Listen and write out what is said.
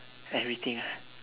everything ah